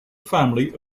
family